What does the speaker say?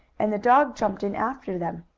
and the dog jumped in after them.